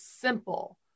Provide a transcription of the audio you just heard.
simple